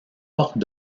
portes